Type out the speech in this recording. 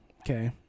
Okay